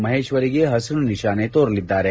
ಮಹೇಶ್ವರಿಗೆ ಹಸಿರು ನಿಶಾನೆ ತೋರಲಿದ್ದಾರೆ